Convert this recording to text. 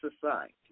society